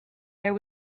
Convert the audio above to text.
there